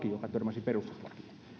törmäsi perustuslakiin